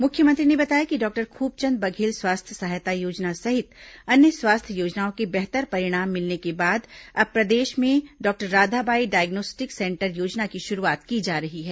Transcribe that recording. मुख्यमंत्री ने बताया कि डॉक्टर खूबचंद बघेल स्वास्थ्य सहायता योजना सहित अन्य स्वास्थ्य योजनाओं के बेहतर परिणाम मिलने के बाद अब प्रदेश में डॉक्टर राधाबाई डायग्नोस्टिक सेंटर योजना की शुरूआत की जा रही है